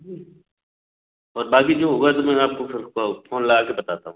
ठीक और बाक़ी जो होगा तो मैं आपको फिर फ़ोन लगा के बताता हूँ